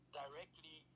directly